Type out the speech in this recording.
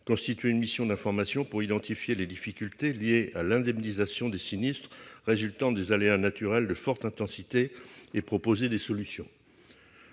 constitué une mission d'information pour identifier les difficultés liées à l'indemnisation des sinistres résultant des aléas naturels de forte intensité et proposer des solutions.